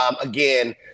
again